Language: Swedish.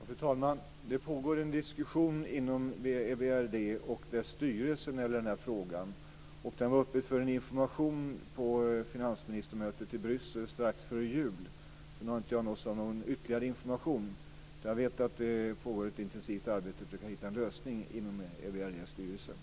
Fru talman! Det pågår en diskussion inom EBRD och dess styrelse i den här frågan. Den var uppe för information på finansministermötet i Bryssel strax före jul. Därefter har jag inte nåtts av någon ytterligare information. Jag vet att det pågår ett intensivt arbete inom EBRD:s styrelse för att hitta en lösning.